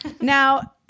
now